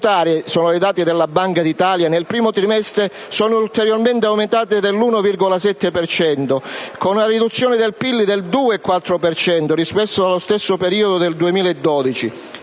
sono dati della Banca d'Italia - nel primo trimestre sono ulteriormente aumentate dell'1,7 per cento, con una riduzione del PIL del 2,4 per centro rispetto allo stesso periodo del 2012